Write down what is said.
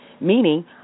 meaning